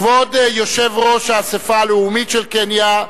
כבוד יושב-ראש האספה הלאומית של קניה,